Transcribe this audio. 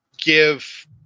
give